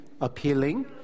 appealing